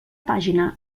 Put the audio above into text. pàgina